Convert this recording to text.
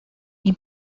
این